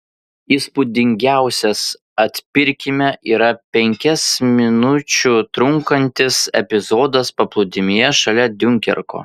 įspūdingiausias atpirkime yra penkias minučių trunkantis epizodas paplūdimyje šalia diunkerko